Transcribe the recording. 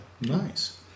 nice